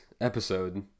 episode